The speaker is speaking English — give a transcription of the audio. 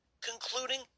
Concluding